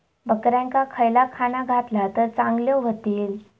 बकऱ्यांका खयला खाणा घातला तर चांगल्यो व्हतील?